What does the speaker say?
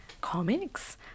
comics